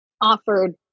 offered